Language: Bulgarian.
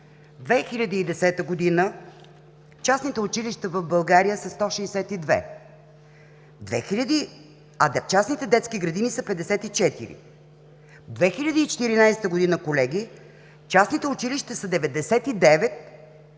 2010 г. частните училища в България са 162, а частните детски градини са 54, в 2014 г., колеги, частните училища са 99,